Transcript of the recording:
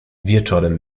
wieczorem